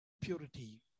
purity